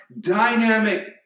dynamic